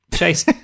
Chase